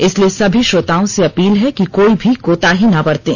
इसलिए सभी श्रोताओं से अपील है कि कोई भी कोताही ना बरतें